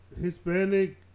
Hispanic